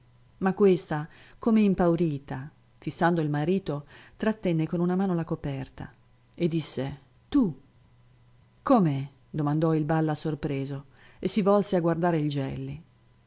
ma questa come impaurita fissando il marito trattenne con una mano la coperta e disse tu come domandò il balla sorpreso e si volse a guardare il gelli